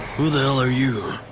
who the hell are you?